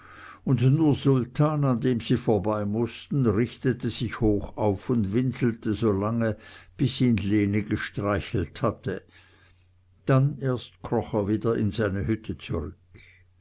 und nur sultan an dem sie vorbei mußten richtete sich hoch auf und winselte so lange bis ihn lene gestreichelt hatte dann erst kroch er wieder in seine hütte zurück